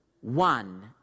one